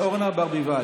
חברת הכנסת אורנה ברביבאי,